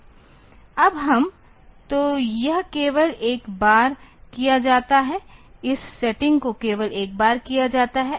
अब हम तो यह केवल एक बार किया जाता है इस सेटिंग को केवल एक बार किया जाता है